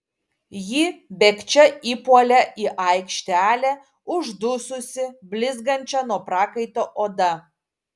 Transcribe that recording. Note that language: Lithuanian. ji bėgčia įpuolė į aikštelę uždususi blizgančia nuo prakaito oda